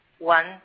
one